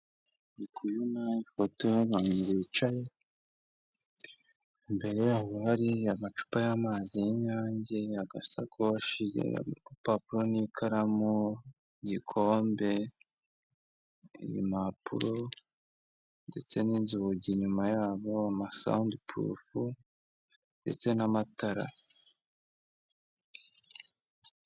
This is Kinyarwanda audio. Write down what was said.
Ndi kubona ifoto y'abantu bicaye, imbere yabo hari amacupa y'amazi y'Inyange, agasakoshi, urupapuro n'ikaramu, igikombe, impapuro ndetse n'inzugi inyuma yabo, amasawundi-purufu ndetse n'amatara.